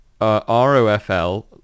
R-O-F-L